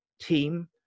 team